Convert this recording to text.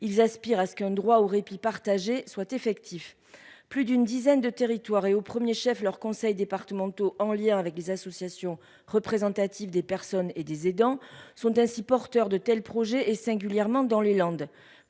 ils aspirent à ce qu'un droit au répit. Soit effectif, plus d'une dizaine de territoires et au 1er chef leurs conseils départementaux en lien avec les associations représentatives des personnes et des aidants sont ainsi porteur de tels projets et singulièrement dans les Landes